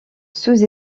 sous